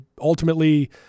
ultimately